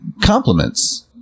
compliments